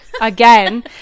again